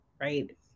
right